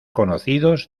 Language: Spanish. conocidos